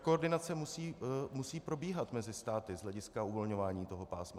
Koordinace musí probíhat mezi státy z hlediska uvolňování toho pásma.